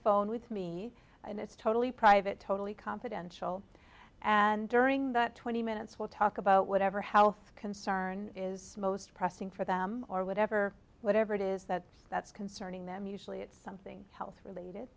phone with me and it's totally private totally confidential and during that twenty minutes we'll talk about whatever health concern is most pressing for them or whatever whatever it is that that's concerning them usually it's something health related